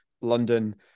london